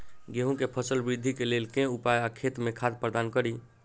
गेंहूँ केँ फसल वृद्धि केँ लेल केँ उपाय आ खेत मे खाद प्रदान कड़ी?